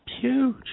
huge